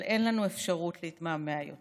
אבל אין לנו אפשרות להתמהמה יותר,